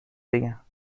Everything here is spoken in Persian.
بگم